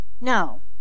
No